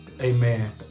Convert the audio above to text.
Amen